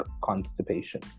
constipation